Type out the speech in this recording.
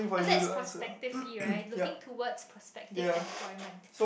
cause that's prospectively right looking towards prospective employment